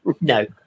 No